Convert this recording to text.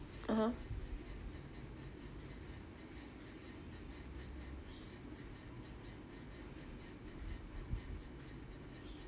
(uh huh)